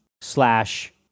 slash